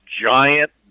giant